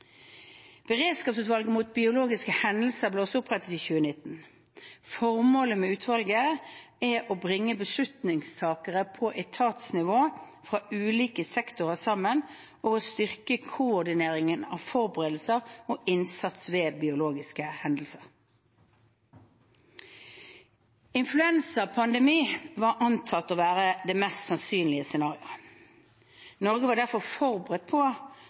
Beredskapsutvalget mot biologiske hendelser ble også opprettet i 2019. Formålet med utvalget er å bringe beslutningstakere på etatsnivå fra ulike sektorer sammen og å styrke koordineringen av forberedelser og innsats ved biologiske hendelser. Influensapandemi var antatt å være det mest sannsynlige scenarioet. Norge var derfor forberedt på